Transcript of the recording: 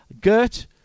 Gert